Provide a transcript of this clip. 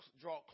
draw